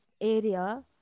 area